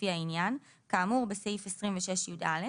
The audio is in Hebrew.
לפי העניין, כאמור בסעיף 26יא,